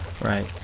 right